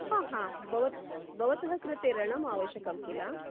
हा हा भवत् भवतः कृते ऋणम् आवश्यकं खिल